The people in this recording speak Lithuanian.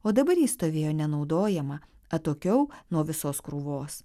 o dabar ji stovėjo nenaudojama atokiau nuo visos krūvos